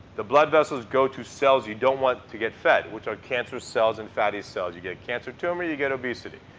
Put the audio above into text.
the blood vessels go to cells you don't want to get fed, which are cancer cells and fatty cells. you get a cancer tumor, you get obesity.